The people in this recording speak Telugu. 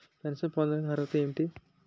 పెన్షన్ పొందడానికి అర్హత ఏంటి?